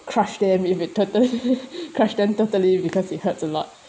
crush them if it totally crush them totally because it hurts a lot